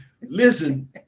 listen